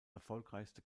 erfolgreichste